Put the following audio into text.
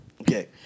Okay